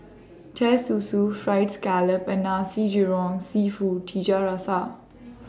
Teh Susu Fried Scallop and Nasi Goreng Seafood Tiga Rasa